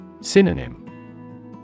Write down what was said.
Synonym